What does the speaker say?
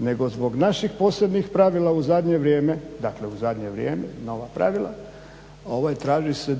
nego zbog naših posebnih pravila u zadnje vrijeme, dakle u zadnje vrijeme nova pravila traži se